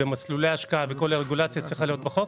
מסלולי ההשקעה והרגולציה צריכים להיות בחוק?